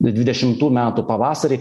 dvidešimtų metų pavasarį